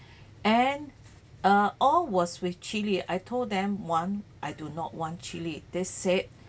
and uh all was with chili I told them one I do not want chili they said